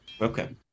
Okay